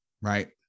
right